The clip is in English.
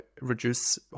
reduce